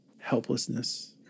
helplessness